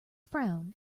frown